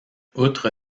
outre